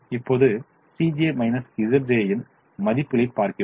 இப்போது ன் மதிப்புகளைப் பார்க்கிறோம்